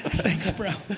thanks, bro.